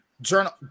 journal